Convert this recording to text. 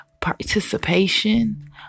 participation